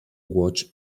watch